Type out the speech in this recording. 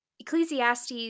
Ecclesiastes